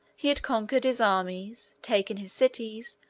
he had conquered his armies, taken his cities,